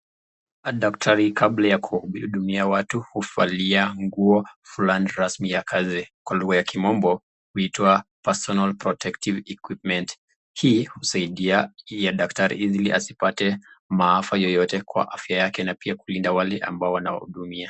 Daktari kabla ya kuwahudumia watu huvalia nguo fulani rasmi ya kazi kwa lugha ya kimombo huitwa personal protective equipment hii husaidia ili daktari asipate maafa yeyote kwa afya yake na pia kulinda wale ambao anawahudumia.